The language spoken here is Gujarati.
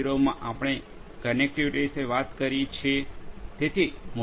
0 માં આપણે કનેક્ટિવિટી વિશે વાત કરી છે